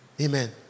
Amen